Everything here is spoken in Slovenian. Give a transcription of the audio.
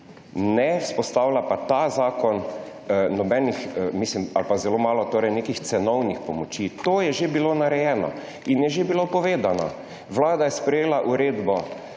Ne vzpostavlja pa ta zakon nobenih ali pa zelo malo teh nekih cenovnih pomoči. To je že bilo narejeno in je že bilo povedano. Vlada je sprejela uredbo